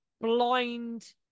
blind